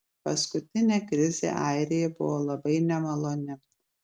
paskutinė krizė airijai buvo labai nemaloni